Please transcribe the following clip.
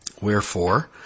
Wherefore